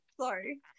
Sorry